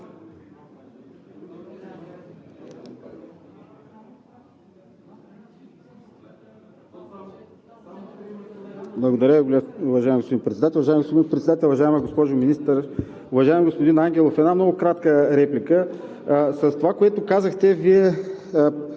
Председател. Уважаеми господин Председател, уважаема госпожо Министър! Уважаеми господин Ангелов, една много кратка реплика. С това, което казахте, Вие